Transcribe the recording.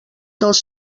dels